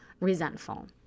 resentful